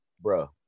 Bro